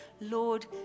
Lord